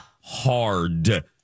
hard